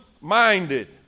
minded